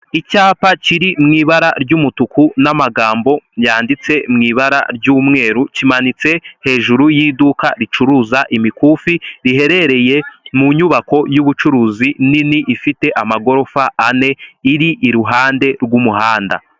Icyapa kiri mu ibara ry'umutuku, n'amagambo yanditse mu ibara ry'umweru, kimanitse hejuru y'iduka ricuruza imikufi, riherereye mu nyubako y'ubucuruzi nini, ifite amagorofa ane, iri iruhande rw'umuhanda.